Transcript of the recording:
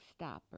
stopper